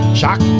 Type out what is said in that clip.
shock